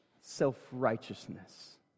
self-righteousness